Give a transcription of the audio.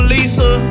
Lisa